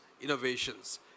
innovations